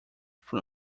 from